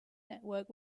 network